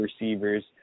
receivers